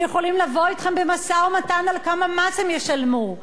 שיכולים לבוא אתכם במשא-ומתן על כמה מס הם ישלמו.